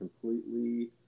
completely